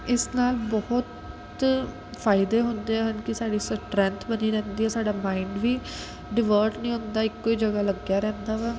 ਇਸ ਨਾਲ ਬਹੁਤ ਫਾਇਦੇ ਹੁੰਦੇ ਹਨ ਕਿ ਸਾਡੀ ਸਟਰੈਂਥ ਵਧੀ ਰਹਿੰਦੀ ਹੈ ਸਾਡਾ ਮਾਈਂਡ ਵੀ ਡਿਵਰਟ ਨਹੀਂ ਹੁੰਦਾ ਇੱਕੋ ਹੀ ਜਗ੍ਹਾ ਲੱਗਿਆ ਰਹਿੰਦਾ ਵਾ